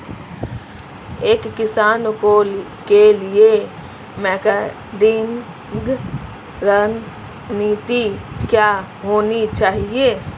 एक किसान के लिए मार्केटिंग रणनीति क्या होनी चाहिए?